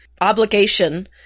obligation